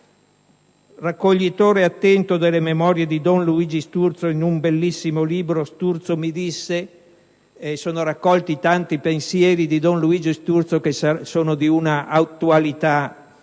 raccoglitore attento delle memorie di don Luigi Sturzo (in un bellissimo libro, "Sturzo mi disse", sono raccolti tanti pensieri di don Luigi Sturzo che sono di un'attualità